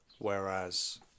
Whereas